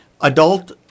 adult